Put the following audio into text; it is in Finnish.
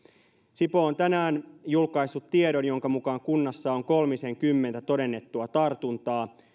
sipoo on tänään julkaissut tiedon jonka mukaan kunnassa on kolmisenkymmentä todennettua tartuntaa